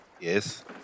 Yes